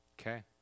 Okay